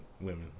women